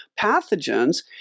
pathogens